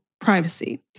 privacy